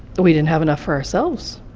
we didn't have enough for ourselves.